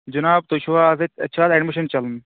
جِناب تُہۍ چھُوا آز اَتہِ اَتہِ چھُ آز اَیٚڈمِشَن چَلان